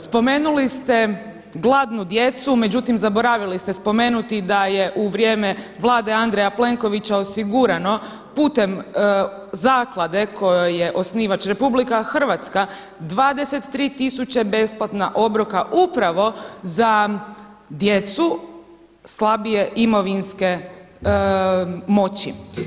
Spomenuli ste gladnu djecu, međutim zaboravili ste spomenuti da je u vrijeme Vlade Andreja Plenkovića osigurano putem zaklade kojoj je osnivač Republika Hrvatska 23000 besplatna obroka upravo za djecu slabije imovinske moći.